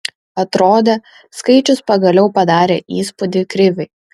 atrodė skaičius pagaliau padarė įspūdį kriviui